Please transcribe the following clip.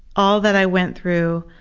all that i went through.